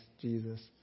Jesus